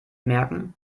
merken